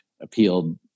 appealed